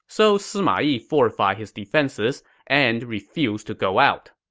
so sima yi fortified his defenses and refused to go out